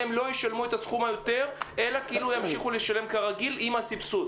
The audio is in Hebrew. לא ישלמו את הסכום היותר אלא כאילו ימשיכו לשלם כרגיל עם הסבסוד.